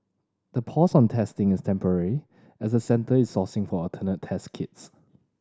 the pause on testing is temporary as centre is sourcing for alternative test kits